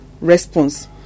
response